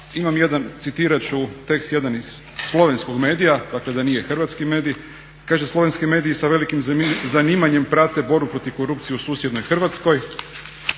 slučaja, a citirat ću tekst jednog iz slovenskog medija, dakle da nije hrvatski medij. Kaže slovenski mediji sa velikim zanimanjem prate borbu protiv korupcije u susjednoj Hrvatskoj,